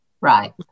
Right